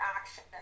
action